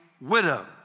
widow